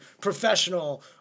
professional